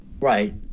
Right